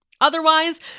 Otherwise